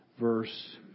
verse